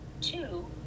two